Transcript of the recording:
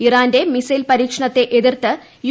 ഇറാന്റെ മിസൈൽ പരീക്ഷണത്തെ എതിർത്ത് യു